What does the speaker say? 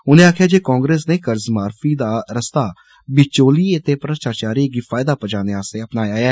उनें आक्खेआ जे कांग्रेस ने कर्ज माफी दा रस्ता बिचौलियें ते भ्रश्टाचारियें गी फायदा पचाने आस्तै अपनाया ऐ